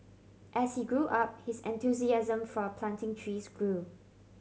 as he grew up his enthusiasm for a planting trees grew